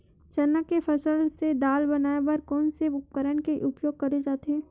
चना के फसल से दाल बनाये बर कोन से उपकरण के उपयोग करे जाथे?